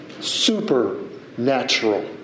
supernatural